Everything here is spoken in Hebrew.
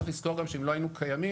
צריך לזכור גם שאם לא היינו קיימים,